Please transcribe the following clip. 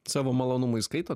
savo malonumui skaitot